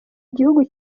igihugu